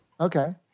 okay